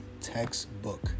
textbook